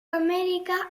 amèrica